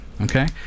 Okay